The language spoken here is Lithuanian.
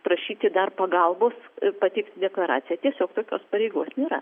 prašyti dar pagalbos ir pateikti deklaraciją tiesiog tokios pareigos nėra